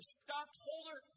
stockholder